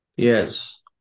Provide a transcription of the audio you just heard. Yes